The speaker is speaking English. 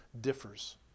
differs